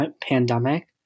pandemic